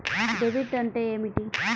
Debit అంటే ఏమిటి?